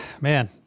man